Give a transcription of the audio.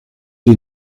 die